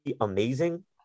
amazing